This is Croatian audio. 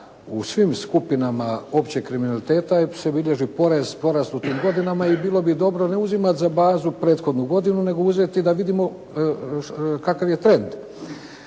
U svim skupinama općeg kriminaliteta se bilježi porast u tim godinama i bilo bi dobro ne uzimati za bazu prethodnu godinu nego uzeti da vidimo kakav je trend.